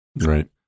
Right